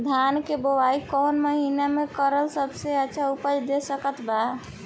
धान के बुआई कौन महीना मे करल सबसे अच्छा उपज दे सकत बा?